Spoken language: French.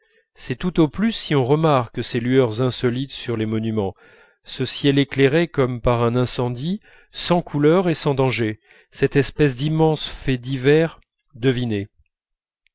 c'est tout au plus si on remarque ces lueurs insolites sur les monuments ce ciel éclairé comme par un incendie sans couleurs et sans danger cette espèce d'immense fait divers deviné